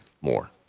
more